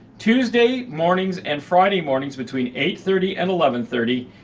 tuesday mornings and friday mornings between eight thirty and eleven thirty,